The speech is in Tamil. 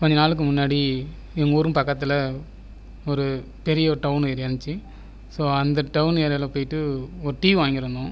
கொஞ்சம் நாளுக்கு முன்னாடி எங்கள் ஊரும் பக்கத்தில் ஒரு பெரிய டௌன் ஏரியா இருந்துச்சி ஸோ அந்த டௌன் ஏரியாவில் போயிட்டு ஒரு டிவி வாங்கிருந்தோம்